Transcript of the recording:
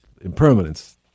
impermanence